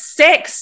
six